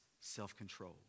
self-control